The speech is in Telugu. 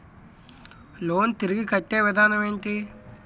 లోన్ తిరిగి కట్టే విధానం ఎంటి?